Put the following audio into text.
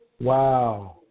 Wow